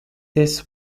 this